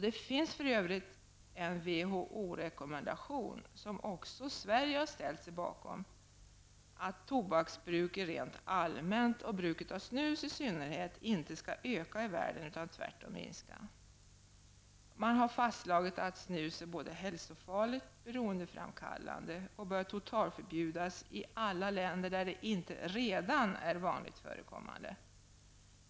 Det finns för övrigt en WHO rekommendation -- som också Sverige har ställt sig bakom -- om att tobaksbruket rent allmänt, och bruket av snus i synnerhet, inte skall öka i världen utan tvärtom minska. Man har fastslagit att snus är både hälsofarligt och beroendeframkallande. Snus bör totalförbjudas i alla länder där det inte redan är vanligt förekommande.